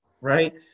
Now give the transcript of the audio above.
right